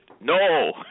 No